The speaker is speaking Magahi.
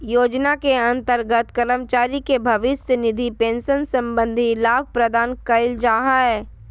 योजना के अंतर्गत कर्मचारी के भविष्य निधि पेंशन संबंधी लाभ प्रदान कइल जा हइ